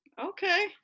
okay